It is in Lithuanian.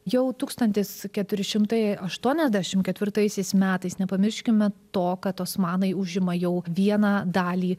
jau tūkstantis keturi šimtai aštuoniasdešimt ketvirtaisiais metais nepamirškime to kad osmanai užima jau vieną dalį